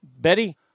Betty